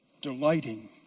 delighting